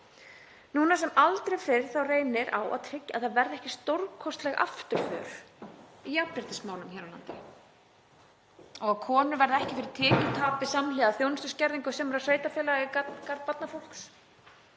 Núna sem aldrei fyrr reynir á að tryggja að það verði ekki stórkostleg afturför í jafnréttismálum hér á landi, að konur verði ekki fyrir tekjutapi samhliða þjónustuskerðingu sumra sveitarfélaga í garð barnafólks.